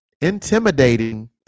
intimidating